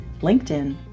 LinkedIn